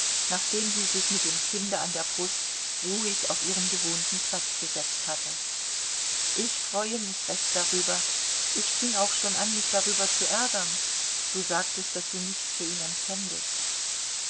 nachdem sie sich mit dem kinde an der brust ruhig auf ihren gewohnten platz gesetzt hatte ich freue mich recht darüber ich fing auch schon an mich darüber zu ärgern du sagtest daß du nichts für ihn empfändest